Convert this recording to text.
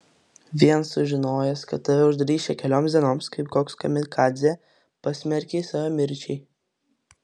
vien sužinojęs kad tave uždarys čia kelioms dienoms kaip koks kamikadzė pasmerkei save mirčiai